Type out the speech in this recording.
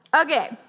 Okay